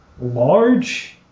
large